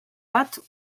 bat